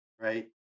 right